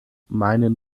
meinen